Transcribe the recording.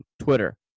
Twitter